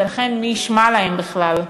ולכן מי ישמע להם בכלל.